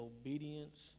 obedience